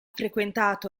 frequentato